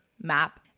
map